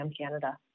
canada